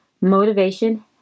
motivation